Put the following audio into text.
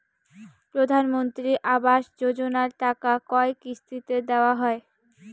প্রধানমন্ত্রী আবাস যোজনার টাকা কয় কিস্তিতে দেওয়া হয়?